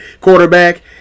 quarterback